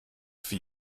for